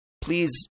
please